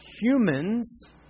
humans